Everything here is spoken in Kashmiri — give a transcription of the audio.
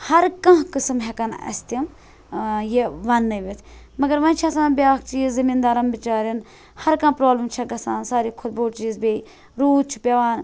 ہر کانٛہہ قٕسٕم ہیکَن اسہِ تِم یہِ وَننٲوِتھ مگر وۄنۍ چھِ آسان بیاکھ چیٖز زٔمیٖندارَن بِچارین ہر کانٛہہ پرٛابلم چھِ گَژھان ساروی کھۄتہٕ بوٚڈ چیٖز بیٚیہِ روٗد چھُ پیٚوان